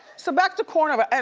so back to corona. but and